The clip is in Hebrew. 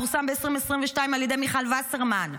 פורסם ב-2022 על ידי מיכל וסרמן.